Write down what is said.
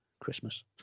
Christmas